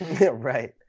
Right